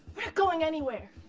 going anywhere!